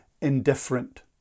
indifferent